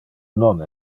non